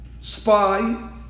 spy